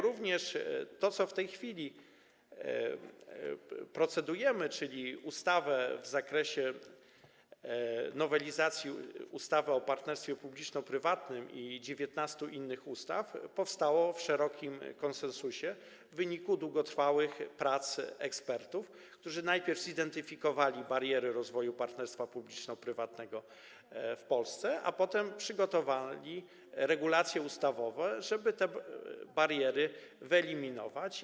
Również to, nad czym w tej chwili procedujemy, czyli nowelizacja ustawy o partnerstwie publiczno-prywatnym i 19 innych ustaw, powstało przy szerokim konsensusie, w wyniku długotrwałych prac ekspertów, którzy najpierw zidentyfikowali bariery rozwoju partnerstwa publiczno-prywatnego w Polsce, a potem przygotowali regulacje ustawowe, żeby te bariery wyeliminować.